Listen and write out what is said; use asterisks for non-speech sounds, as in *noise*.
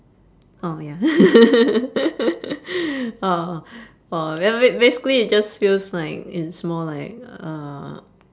orh ya *laughs* uh uh ya ba~ basically it just feels like it's more like uh